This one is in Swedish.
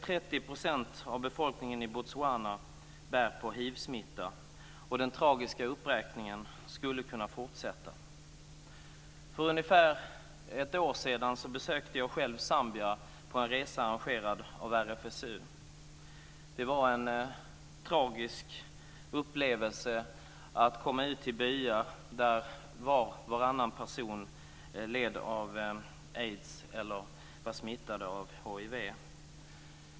30 % av befolkningen i Botswana bär på hivsmitta. Den tragiska uppräkningen skulle kunna fortsätta. För ungefär ett år sedan besökte jag själv Zambia på en resa arrangerad av RFSU. Det var en tragisk upplevelse att komma till byar där var och varannan person led av aids eller var hivsmittad.